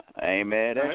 Amen